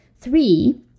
Three